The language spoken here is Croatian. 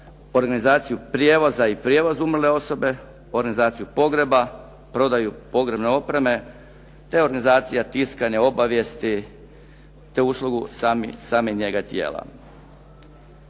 organizaciju prijevoza i prijevoz umrle osobe, organizaciju pogreba, prodaju pogrebne opreme te organizacija tiskanja, obavijesti te uslugu same njege tijela.